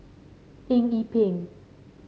Eng Yee Peng